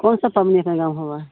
कोन सँ पाबनि